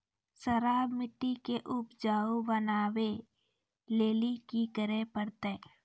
खराब मिट्टी के उपजाऊ बनावे लेली की करे परतै?